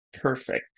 Perfect